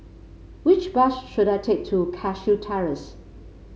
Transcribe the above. which bus should I take to Cashew Terrace